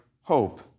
hope